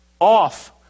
off